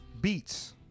Beats